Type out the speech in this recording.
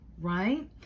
right